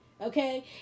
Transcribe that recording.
okay